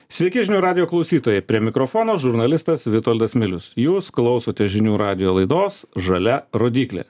sveiki žinių radijo klausytojai prie mikrofono žurnalistas vitoldas milius jūs klausote žinių radijo laidos žalia rodyklė